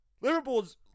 Liverpool's